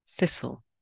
Thistle